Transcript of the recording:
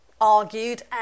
argued